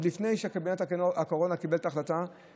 ועוד לפני שקבינט הקורונה קיבל את ההחלטה,